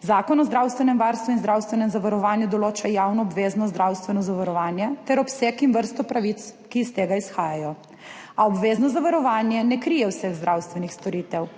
Zakon o zdravstvenem varstvu in zdravstvenem zavarovanju določa javno obvezno zdravstveno zavarovanje ter obseg in vrsto pravic, ki iz tega izhajajo, a obvezno zavarovanje ne krije vseh zdravstvenih storitev.